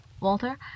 Walter